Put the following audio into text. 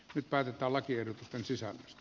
nyt päätetään lakiehdotusten sisällöstä